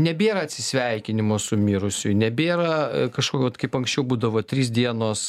nebėra atsisveikinimo su mirusiu nebėra kažkokio kaip anksčiau būdavo trys dienos